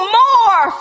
more